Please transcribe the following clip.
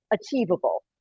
achievable